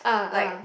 like